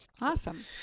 awesome